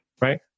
right